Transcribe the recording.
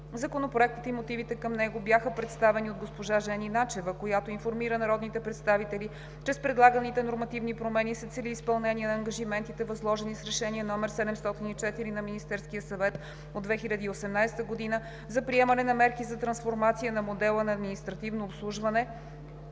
Законопроектът и мотивите към него бяха представени от госпожа Жени Начева, която информира народните представители, че с предлаганите нормативни промени се цели изпълнение на ангажиментите, възложени с Решение № 704 на Министерския съвет от 2018 г. за приемане на мерки за трансформация на модела на административно обслужване,